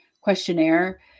questionnaire